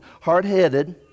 hard-headed